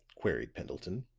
queried pendleton.